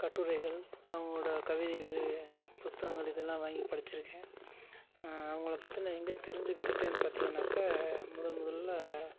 கட்டுரைகள் அவங்களோட கவிதை இது புத்தகங்கள் இதெல்லாம் வாங்கிப் படிச்சுருக்கேன் அவங்களப் பற்றின எங்க தெரிஞ்சுக்கிட்டேன்னு பார்த்தீங்கன்னாக்கா முதல் முதலில்